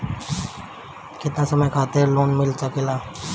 केतना समय खातिर लोन मिल सकेला?